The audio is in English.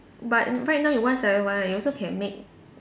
but right now you one seven one you also can make